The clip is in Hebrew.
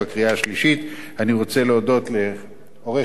אני רוצה להודות לעורכת-הדין נעמה מנחמי,